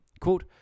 Quote